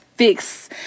fix